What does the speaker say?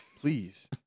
Please